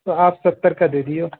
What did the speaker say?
تو آپ ستر کا دے دو